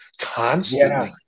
constantly